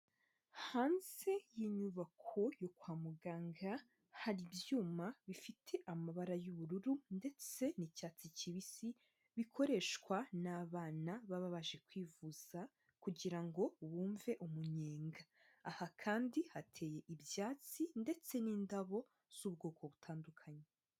Hanze y'inyubako yo kwa muganga, hari ibyuma bifite amabara y'ubururu ndetse n'icyatsi kibisi, bikoreshwa n'abana baba baje kwivuza kugira ngo bumve umunyenga. Aha kandi hateye ibyatsi ndetse n'indabo z'ubwoko butandukanye.